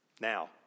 now